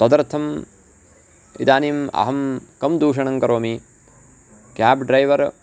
तदर्थम् इदानीम् अहं किं दूषणं करोमि केब् ड्रैवर्